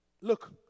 Look